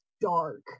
dark